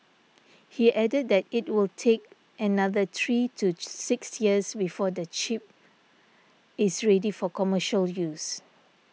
he added that it will take another three to six years before the chip is ready for commercial use